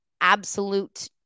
absolute